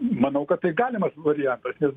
manau kad tai galimas variantas nes